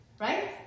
right